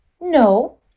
No